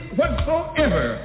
whatsoever